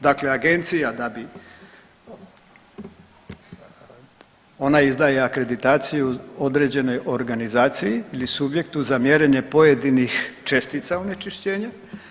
Dakle, agencija da bi, ona izdaje akreditaciju određenoj organizaciji ili subjektu za mjerenje pojedinih čestica onečišćenja.